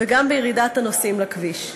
וגם בירידת הנוסעים לכביש,